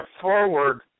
forward